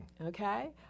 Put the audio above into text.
okay